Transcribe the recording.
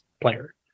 player